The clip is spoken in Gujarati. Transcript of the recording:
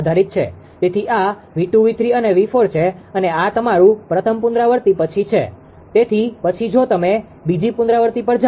તેથી આ 𝑉2 𝑉3 અને 𝑉4 છે અને આ તમારું પ્રથમ પુનરાવૃતિ પછી છે તેથી પછી જો તમે બીજી પુનરાવૃત્તિ પર જાઓ